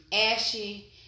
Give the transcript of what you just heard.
ashy